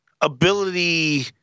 Ability